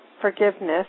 Forgiveness